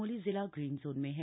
चमोली जिला green zone में है